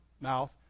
mouth